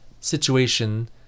situation